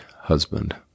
husband